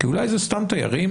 כי אולי זה סתם תיירים,